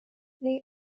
they